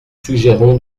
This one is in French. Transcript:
suggérons